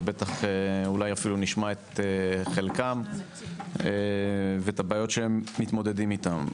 ובטח אולי אפילו נשמע את חלקם ואת הבעיות שהם מתמודדים איתן.